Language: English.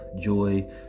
joy